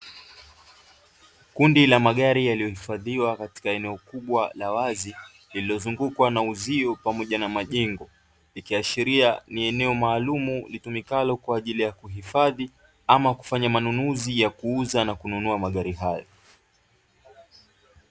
Kundi la magari yaliyohifadhiwa katika eneo kubwa la wazi lililozungukwa na uzio pamoja na majengo, ikiashiria ni eneo maalumu litumikalo kwa ajili ya kuhifadhi, ama kufanya manunuzi ya kuuza na kununua magari hayo.